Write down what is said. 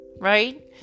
right